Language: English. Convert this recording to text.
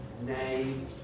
name